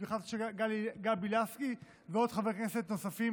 בתמיכה של גבי לסקי וחברי כנסת נוספים